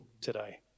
today